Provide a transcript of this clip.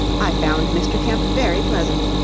i found mr. kemp very pleasant.